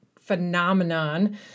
phenomenon